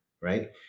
right